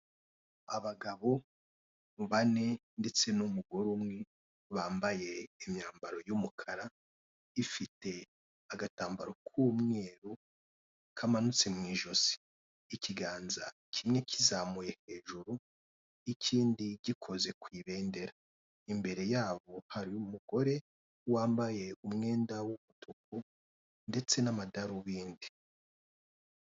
Abagabo bane ndetse n'umugore umwe, bambaye imyambaro y'umukara, ifite agatambaro k'umweru kamanutse mu ijosi, ikiganza kimwe kizamuye hejuru, n'ikindi gikoze ku ibendera, imbere yabo hari umugore wambaye umwenda w'umutuku, ndetse n'amadarubindi.